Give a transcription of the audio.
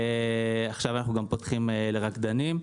עכשיו אנחנו גם פותחים לרקדנים.